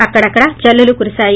అక్కడక్కడ జల్లులు కురిసాయి